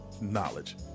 knowledge